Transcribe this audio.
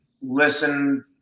listen